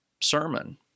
sermon